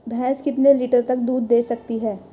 भैंस कितने लीटर तक दूध दे सकती है?